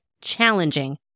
challenging